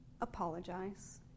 apologize